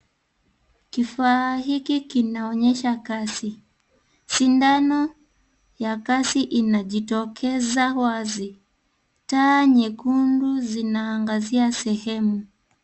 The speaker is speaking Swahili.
Kifaa hiki kinaonyesha kazi, sindano ya kazi inajitokeza wazi. Taa nyekundu zinaangazia sehemu.